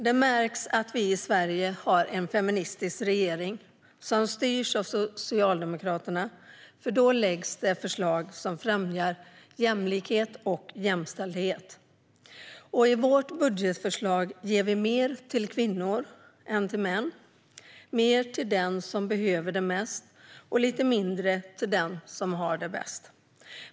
Det märks att vi i Sverige har en feministisk regering som styrs av Socialdemokraterna, för då läggs det fram förslag som främjar jämlikhet och jämställdhet. I vårt budgetförslag ger vi mer till kvinnor än till män, mer till dem som behöver det mest och lite mindre till dem som har det bäst.